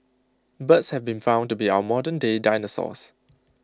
birds have been found to be our modernday dinosaurs